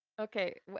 Okay